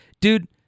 dude